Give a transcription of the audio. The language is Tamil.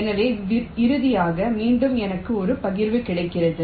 எனவே இறுதியாக மீண்டும் எனக்கு ஒரு பகிர்வு கிடைக்கிறது